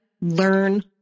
learn